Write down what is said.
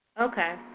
Okay